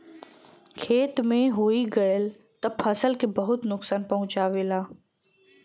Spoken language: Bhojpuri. खेते में होई गयल त फसल के बहुते नुकसान पहुंचावेला